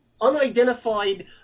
unidentified